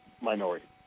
minority